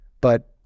but-